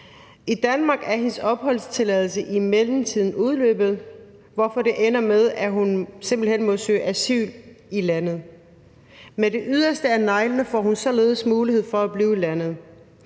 I Danmark er hendes opholdstilladelse i mellemtiden udløbet, og derfor ender det med, at hun simpelt hen må søge om asyl her i landet. Med det yderste af neglene får hun således mulighed for at blive i landet.